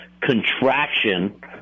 contraction